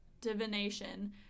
divination